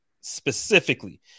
specifically